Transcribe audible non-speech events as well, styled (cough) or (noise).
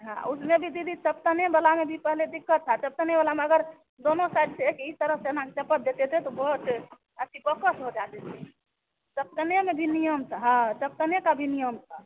हाँ उसमें भी दीदी चिपकने वाला में भी पहले दिक़्क़त था चिपकने वाला में अगर दोनों साइड से एक ई तरफ से (unintelligible) चपड़ देते थे तो बहुत अथि बकस हो जाते थे चिपकने में भी नियम था हाँ चिपकने का भी नियम था